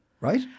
Right